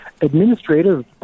administrative